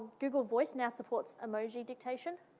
google voice now supports emoji dictation.